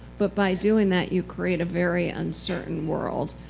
but by doing that, you create a very uncertain world.